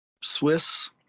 Swiss